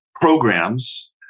programs